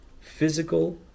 physical